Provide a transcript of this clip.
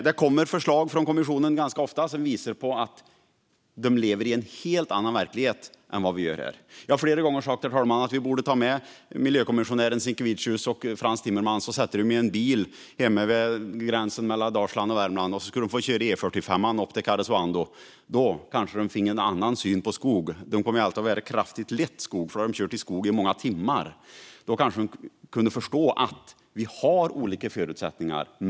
Det kommer ganska ofta förslag från kommissionen som visar att man lever i en helt annan verklighet än vad vi gör här. Jag har flera gånger sagt att vi bör sätta miljökommissionären Sinkevicius och Frans Timmermans i en bil på gränsen mellan Dalsland och Värmland, och så skulle de få köra E45 upp till Karesuando. De får nog en annan syn på skog när de har kört genom skog i flera timmar och förstår då kanske att EU:s olika länder har olika förutsättningar.